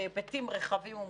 בהיבטים רחבים ומגוונים.